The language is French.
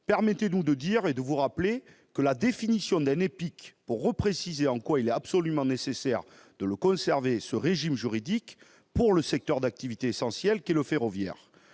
Permettez-nous de vous rappeler la définition d'un EPIC, afin de préciser de nouveau en quoi il est absolument nécessaire de conserver ce régime juridique pour ce secteur d'activité essentiel qu'est le ferroviaire